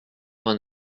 vingt